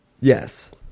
Yes